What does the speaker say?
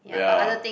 yeah